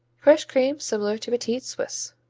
fresh cream similar to petit suisse.